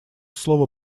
слово